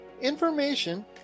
information